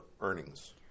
earnings